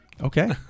Okay